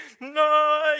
no